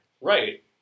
Right